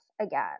again